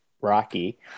Rocky